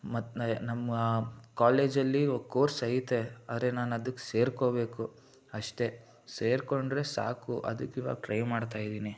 ಮತ್ತೆ ನಮ್ಮ ಕಾಲೇಜಲ್ಲಿ ಕೋರ್ಸ್ ಐತೆ ಆದರೆ ನಾನು ಅದಕ್ಕೆ ಸೇರಿಕೊಬೇಕು ಅಷ್ಟೇ ಸೇರಿಕೊಂಡ್ರೆ ಸಾಕು ಅದಕ್ಕೆ ಇವಾಗ ಟ್ರೈ ಮಾಡ್ತಾಯಿದ್ದೀನಿ